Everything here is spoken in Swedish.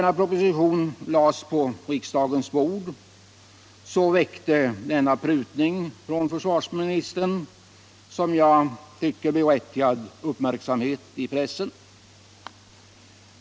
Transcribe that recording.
När propositionen lades på riksdagens bord väckte denna prutning från försvarsministern berättigad uppmärksamhet i pressen.